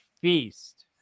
feast